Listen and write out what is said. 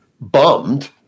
bummed